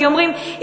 כי אומרים,